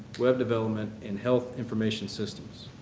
web development and health information systems.